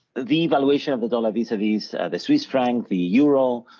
the valuation of the dollar vis-a-vis so the swiss franc, the euro,